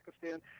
Pakistan